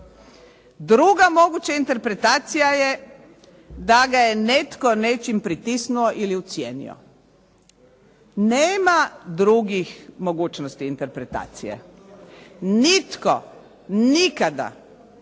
Druga moguća interpretacija je da ga je netko nečim pritisnuo ili ucijenio. Nema drugih mogućnosti interpretacije. Nitko nikada